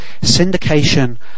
syndication